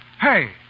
Hey